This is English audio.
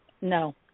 No